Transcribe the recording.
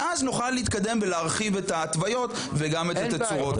ואז נוכל להתקדם ולהרחיב את ההתוויות וגם את התצורות.